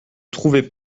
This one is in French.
trouvaient